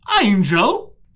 Angel